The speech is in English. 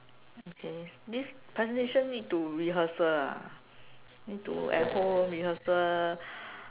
okay this presentation need to rehearsal ah need to at home rehearsal